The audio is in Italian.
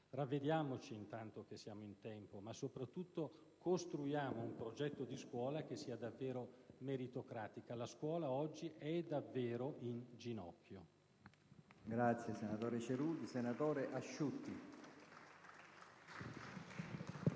Ravvediamoci intanto che siamo in tempo, ma soprattutto costruiamo un progetto di scuola che sia davvero meritocratica. La scuola oggi è davvero in ginocchio. *(Applausi dal Gruppo PD e del senatore